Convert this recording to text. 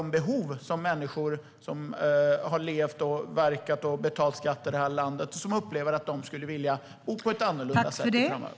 Det handlar om människor som har levat, verkat och betalat skatt i det här landet och som nu upplever att de skulle vilja bo på ett annorlunda sätt framöver.